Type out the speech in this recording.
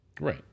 Right